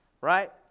right